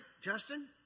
Justin